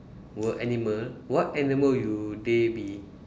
were animal what animal would they be